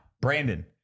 Brandon